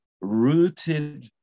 rooted